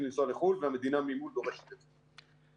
לנסוע לחו"ל והמדינה ממול דורשת את זה.